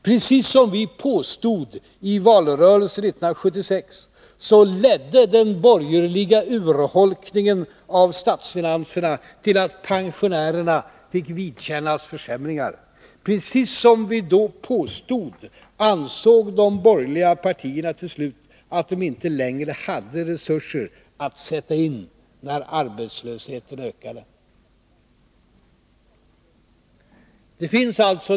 Precis som vi påstod i valrörelsen 1976, så ledde den borgerliga urholkningen av statsfinanserna till att pensionärerna fick vidkännas försämringar. Precis som vi då påstod ansåg de borgerliga partierna till slut att de inte längre hade resurser att sätta in när arbetslösheten ökade.